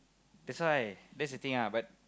that's why that's the thing ah but